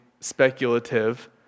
speculative